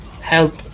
help